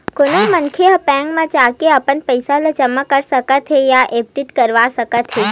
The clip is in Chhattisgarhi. कोनो मनखे ह बेंक म जाके अपन पइसा ल जमा कर सकत हे या एफडी करवा सकत हे